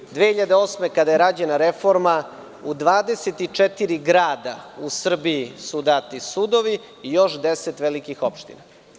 Kada je 2008. godine rađena reforma, u 24 grada u Srbiji su dati sudovi i još 10 velikih opština.